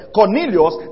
Cornelius